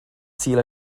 sul